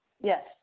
Yes